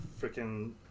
freaking